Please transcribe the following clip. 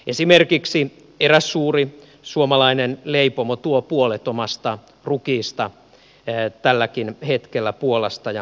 esimerkiksi eräs suuri suomalainen leipomo tuo puolet omasta rukiista tälläkin hetkellä puolasta ja baltian maista